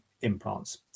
implants